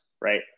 right